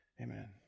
Amen